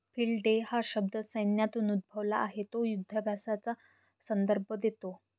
field day हा शब्द सैन्यातून उद्भवला आहे तो युधाभ्यासाचा संदर्भ देतो